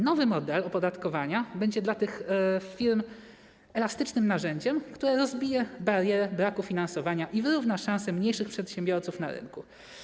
Nowy model opodatkowania będzie dla tych firm elastycznym narzędziem, które rozbije barierę braku finansowania i wyrówna szanse mniejszych przedsiębiorców na rynku.